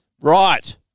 Right